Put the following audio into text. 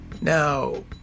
Now